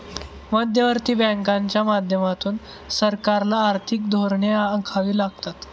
मध्यवर्ती बँकांच्या माध्यमातून सरकारला आर्थिक धोरणे आखावी लागतात